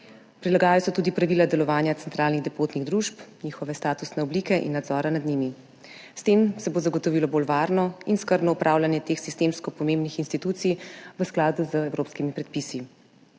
Prilagajajo se tudi pravila delovanja centralnih depotnih družb, njihove statusne oblike in nadzora nad njimi. S tem se bo zagotovilo bolj varno in skrbno upravljanje teh sistemsko pomembnih institucij v skladu z evropskimi predpisi.